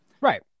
Right